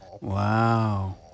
Wow